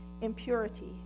impurity